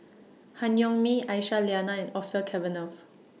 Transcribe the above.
Han Yong May Aisyah Lyana and Orfeur Cavenagh